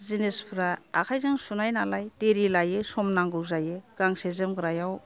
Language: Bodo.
जिनिसफ्रा आखाइजों सुनाय नालाय देरि लायो सम नांगौ जायो गांसे जोमग्रायाव